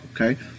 okay